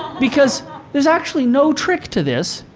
because there's actually no trick to this.